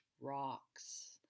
rocks